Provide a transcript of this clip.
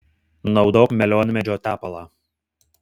naudok melionmedžio tepalą